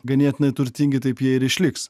ganėtinai turtingi taip jie ir išliks